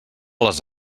les